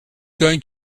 going